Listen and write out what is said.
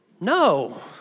No